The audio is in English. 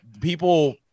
people